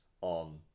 on